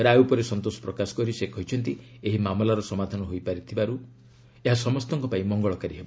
ରାୟ ଉପରେ ସନ୍ତୋଷ ପ୍ରକାଶ କରି ସେ କହିଛନ୍ତି ଏହି ମାମଲାର ସମାଧାନ ହୋଇପାରି ଥିବାରୁ ଏହ ସମସ୍ତଙ୍କ ପାଇଁ ମଙ୍ଗଳକାରୀ ହେବ